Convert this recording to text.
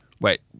wait